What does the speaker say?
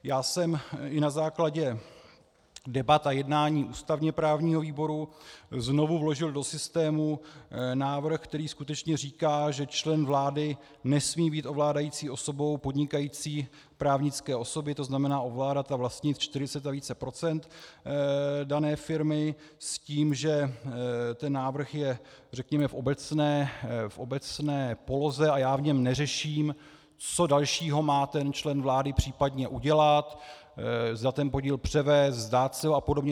Já jsem i na základě debat a jednání ústavněprávního výboru znovu vložil do systému návrh, který skutečně říká, že člen vlády nesmí být ovládající osobou podnikající právnické osoby, to znamená ovládat a vlastnit 40 a více procent dané firmy, s tím, že ten návrh je řekněme v obecné poloze a já v něm neřeším, co dalšího má ten člen vlády případně udělat, zda ten podíl převést, vzdát se ho a podobně.